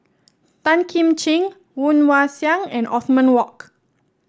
Tan Kim Ching Woon Wah Siang and Othman Wok